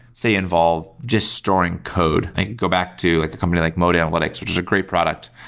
say, involved just storing code. go back to like the company like mode analytics, which is a great product.